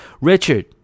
Richard